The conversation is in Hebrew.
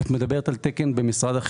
אני מדברת על הרלב"ד.